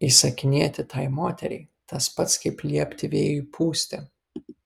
įsakinėti tai moteriai tas pats kaip liepti vėjui pūsti